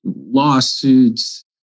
lawsuits